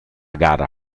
gara